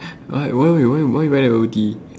why why why why you buy bubble tea